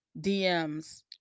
dms